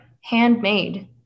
handmade